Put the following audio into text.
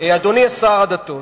אדוני שר הדתות,